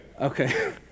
Okay